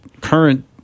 current